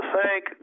Thank